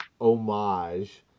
homage